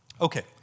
Okay